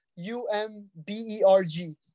U-M-B-E-R-G